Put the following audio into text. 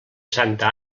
santa